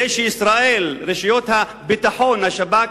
היא שישראל, רשויות הביטחון, השב"כ